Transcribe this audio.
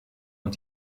und